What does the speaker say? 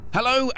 Hello